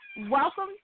Welcome